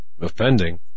offending